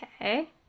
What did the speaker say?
Okay